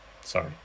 sorry